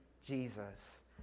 Jesus